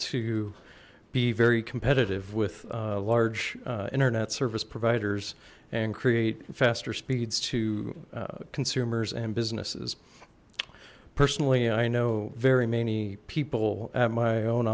to be very competitive with large internet service providers and create faster speeds to consumers and businesses personally i know very many people at my own